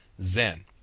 Zen